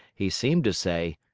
he seemed to say,